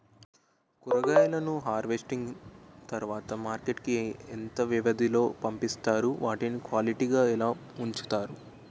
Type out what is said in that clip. కూరగాయలను హార్వెస్టింగ్ తర్వాత మార్కెట్ కి ఇంత వ్యవది లొ పంపిస్తారు? వాటిని క్వాలిటీ గా ఎలా వుంచుతారు?